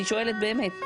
אני שואלת באמת.